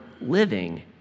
living